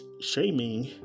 shaming